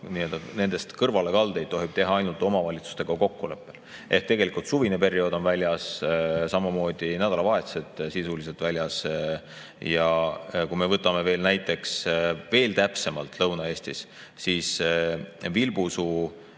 Nendest kõrvalekaldeid tohib teha ainult omavalitsustega kokkuleppel. Ehk tegelikult suvine periood on [harjutusest] väljas, samamoodi nädalavahetused sisuliselt väljas. Ja kui me võtame veel näiteks täpsemalt Lõuna-Eesti, siis Vilbusuu